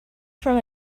from